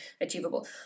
achievable